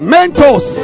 Mentos